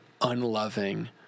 unloving